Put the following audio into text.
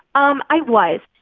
um i was.